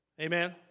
Amen